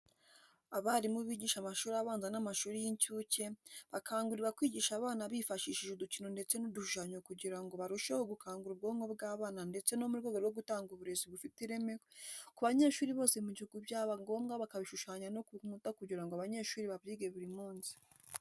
Abarimu bigisha amashuri abanza n'amashuri y'incuke bakangurirwa kwigisha abana bifashishije udukino ndetse n'udushushanyo kugira ngo barusheho gukangura ubwonko bw'abana ndetse no mu rwego rwo gutanga uburezi bufite ireme ku banyeshuri bose mu gihugu byaba ngombwa bakabishushanya no ku nkuta kugira ngo abanyeshuri babyige buri munsi.